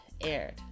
aired